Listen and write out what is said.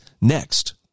next